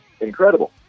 incredible